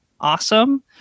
awesome